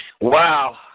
Wow